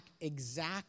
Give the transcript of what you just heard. exact